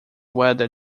whether